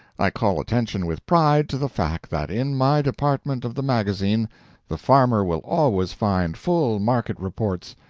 i call attention with pride to the fact that in my department of the magazine the farmer will always find full market reports,